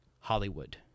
Hollywood